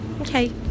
Okay